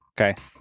Okay